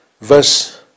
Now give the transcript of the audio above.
verse